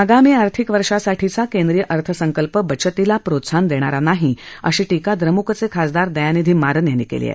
आगामी आर्थिक वर्षासाठीचा केंद्रीय अर्थसंकल्प बचतीला प्रोत्साहन देणारा नाही अशी टीका द्रमुकचे खासदार दयानिधी मारन यांनी केली आहे